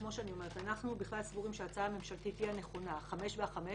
אנחנו סבורים שההצעה הממשלתית היא הנכונה 5 ו-5.